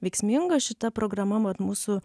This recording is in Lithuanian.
veiksminga šita programa mat mūsų